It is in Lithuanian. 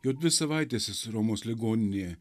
jau dvi savaites jis romos ligoninėje